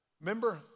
Remember